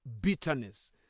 bitterness